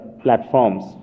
platforms